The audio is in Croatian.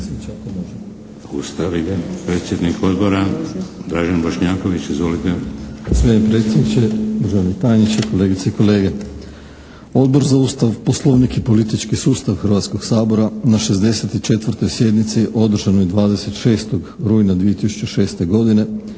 samoupravu? Predsjednik odbora, Dražen Bošnjaković, izvolite.